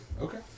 Okay